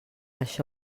això